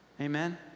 Amen